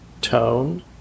tone